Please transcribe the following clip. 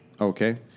Okay